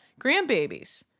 grandbabies